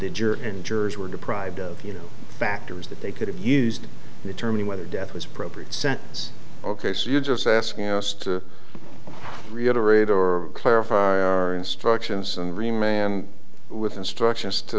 the juror and jurors were deprived of you know factors that they could have used the term whether death was appropriate sentence ok so you're just asking us to reiterate or clarify our instructions and re man with instructions to